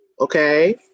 Okay